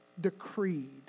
decreed